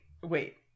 Wait